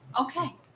okay